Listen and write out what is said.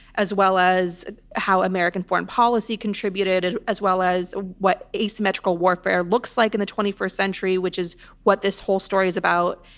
as well as how american foreign policy contributed, as well as what asymmetrical warfare looks like in the twenty first century, which is what this whole story is about.